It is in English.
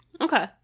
Okay